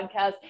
Podcast